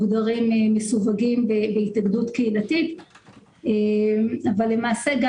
מסווגים בהתאגדות קהילתית אבל למעשה גם